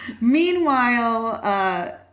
Meanwhile